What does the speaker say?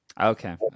okay